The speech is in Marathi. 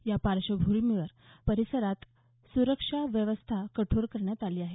या पार्श्वभूमीवर परिसरात सुरक्षा व्यवस्था कठोर करण्यात आली आहे